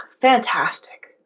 fantastic